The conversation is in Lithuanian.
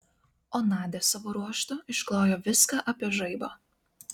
o nadia savo ruožtu išklojo viską apie žaibą